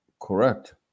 correct